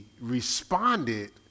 responded